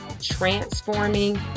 transforming